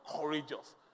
courageous